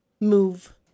move